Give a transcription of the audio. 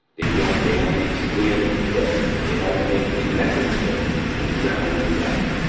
they don't, they only make standard kit, they don't make a metric kit in dremel us,